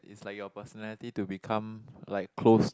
it's like your personality to become like close